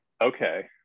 okay